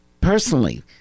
personally